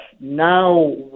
now